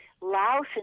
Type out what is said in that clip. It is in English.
Laos